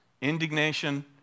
indignation